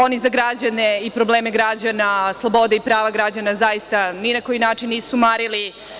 Oni za građane i za probleme građana, slobode i prava građana, zaista ni na koji način nisu marili.